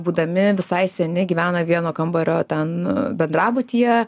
būdami visai seni gyvena vieno kambario ten bendrabutyje